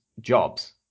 jobs